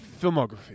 filmography